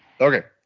okay